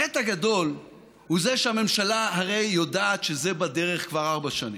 החטא הגדול הוא זה שהממשלה הרי יודעת שזה בדרך כבר ארבע שנים.